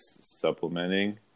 supplementing